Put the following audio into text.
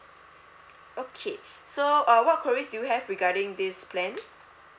okay so uh what queries do you have regarding this plan